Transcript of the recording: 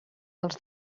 als